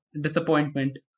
disappointment